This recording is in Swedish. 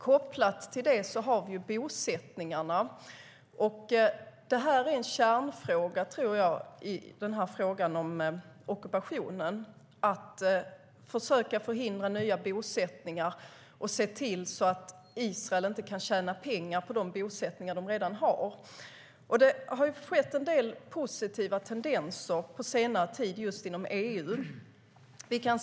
Bosättningarna är kopplade till det, och det är kärnfrågan när det gäller ockupationen. Man bör försöka förhindra nya bosättningar och se till att Israel inte kan tjäna pengar på de bosättningar de redan har. På senare tid har vi sett en del positiva tendenser inom just EU.